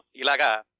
Ilaga